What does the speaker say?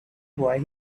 boy